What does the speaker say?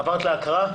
עברת להקראה?